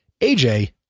AJ